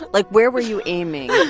like, where were you aiming? i